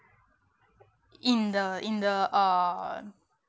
in the in the uh